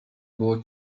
było